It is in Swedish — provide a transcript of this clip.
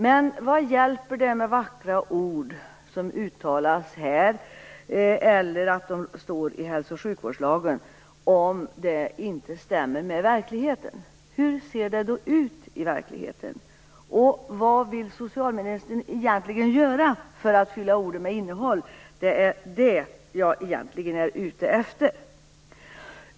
Men vad hjälper det med vackra ord som uttalas här eller som står i hälso och sjukvårdslagen om det inte stämmer med verkligheten? Hur ser det då ut i verkligheten? Och vad vill socialministern egentligen göra för att fylla orden med innehåll? Det är vad jag egentligen är ute efter.